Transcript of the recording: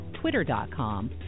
twitter.com